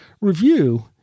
review